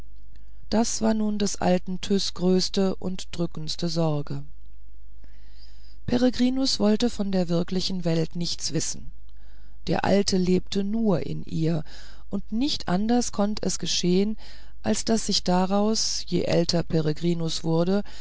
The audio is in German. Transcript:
das war nun des alten tyß größte und drückendste sorge peregrinus wollte von der wirklichen welt nichts wissen der alte lebte nur in ihr und nicht anders konnt es geschehen als daß sich daraus je älter peregrinus wurde